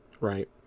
right